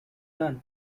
lund